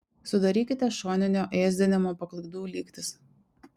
sudarykite šoninio ėsdinimo paklaidų lygtis